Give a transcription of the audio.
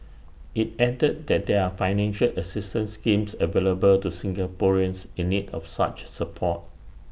IT added that there are financial assistance schemes available to Singaporeans in need of such support